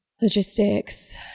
logistics